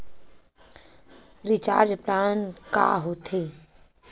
Recharge plan का होथे?